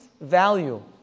value